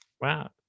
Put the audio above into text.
wow